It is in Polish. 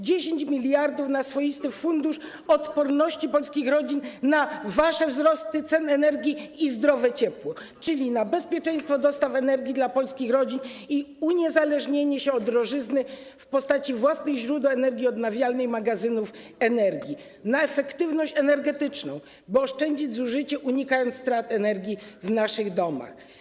10 mld na swoisty fundusz odporności polskich rodzin na wasze wzrosty cen energii i zdrowe ciepło, czyli na bezpieczeństwo dostaw energii dla polskich rodzin i uniezależnienie się od drożyzny w postaci własnych źródeł energii odnawialnej, magazynów energii; na efektywność energetyczną, by oszczędzić zużycie, unikając strat energii w domach.